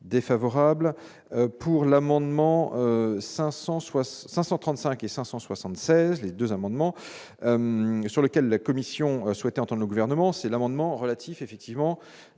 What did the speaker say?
défavorable pour l'amendement 560 535 et 576 les 2 amendements sur lequel la Commission souhaitait entendent le gouvernement c'est l'amendement relatif effectivement